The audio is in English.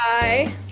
Bye